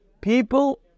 people